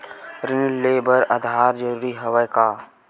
ऋण ले बर आधार जरूरी हवय का?